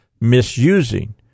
misusing